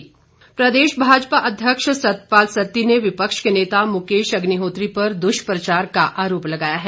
सत्ती प्रदेश भाजपा अध्यक्ष सतपाल सत्ती ने विपक्ष के नेता मुकेश अग्निहोत्री पर दुष्प्रचार का आरोप लगाया है